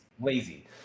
lazy